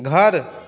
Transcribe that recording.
घर